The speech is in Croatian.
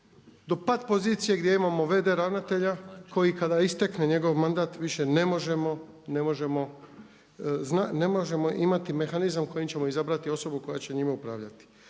do pat pozicije gdje imamo v.d. ravnatelja koji kada istekne njegov mandat više ne možemo imati mehanizam kojim ćemo izabrati osobu koja će njima upravljati.